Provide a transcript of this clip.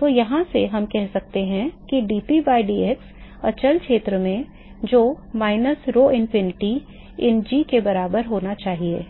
तो यहाँ से हम कह सकते हैं कि dp by dx अचल क्षेत्र में जो माइनस rhoinfinity in g के बराबर होना चाहिए